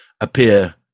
appear